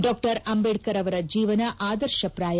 ಡಾ ಅಂಬೇಡ್ತರ್ ಅವರ ಜೀವನ ಆದರ್ಶಪ್ರಾಯ